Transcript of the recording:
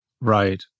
Right